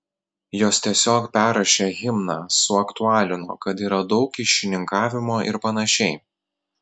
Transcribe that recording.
jos tiesiog perrašė himną suaktualino kad yra daug kyšininkavimo ir panašiai